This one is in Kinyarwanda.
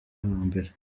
mbere